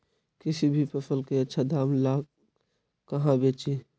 किसी भी फसल के आछा दाम ला कहा बेची?